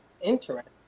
Interesting